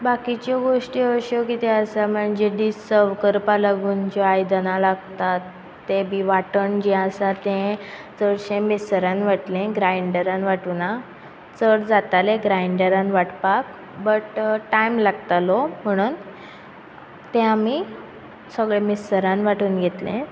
बाकीच्यो गोश्टी अश्यो आसा कितें म्हणजे ज्यो डिस सर्व करपा आयदनां लागतात तें बी वाटण आसा तें चडशें मिकसरान वाटलें गांयडरान वाटूना चड जातालें ग्रांयडरान वाटपाक बट टायम लागतालो म्हणून तें आमी सगळें मिकसरान वाटून घेतलें